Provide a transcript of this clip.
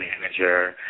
manager